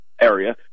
area